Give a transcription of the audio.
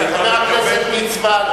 כבוד חבר הכנסת ליצמן,